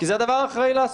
כי זה הדבר האחראי לעשות.